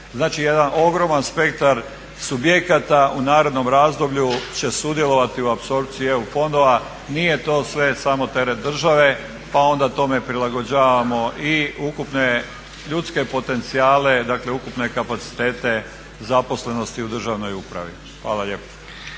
Znači, jedan ogroman spektar subjekata u narednom razdoblju će sudjelovati u apsorpciji EU fondova. Nije to sve samo teret države, pa onda tome prilagođavamo i ukupne ljudske potencijale, dakle ukupne kapacitete zaposlenosti u državnoj upravi. Hvala lijepo.